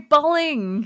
Bowling